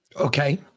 Okay